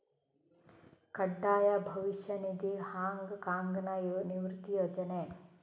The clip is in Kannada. ಕಡ್ಡಾಯ ಭವಿಷ್ಯ ನಿಧಿ, ಹಾಂಗ್ ಕಾಂಗ್ನ ನಿವೃತ್ತಿ ಯೋಜನೆ